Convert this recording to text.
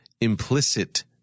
implicit